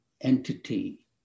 entity